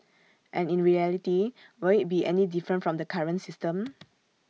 and in reality will IT be any different from the current system